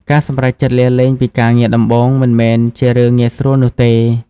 ការសម្រេចចិត្តលាលែងពីការងារដំបូងមិនមែនជារឿងងាយស្រួលនោះទេ។